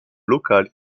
locale